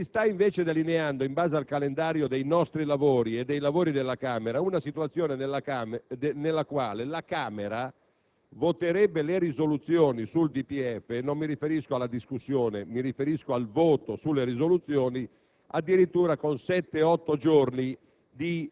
Si sta, invece, delineando, in base al calendario dei nostri lavori e dei lavori della Camera, una situazione nella quale la Camera voterebbe le risoluzioni sul DPEF - non mi riferisco alla discussione, ma al voto sulle risoluzioni - addirittura con sette o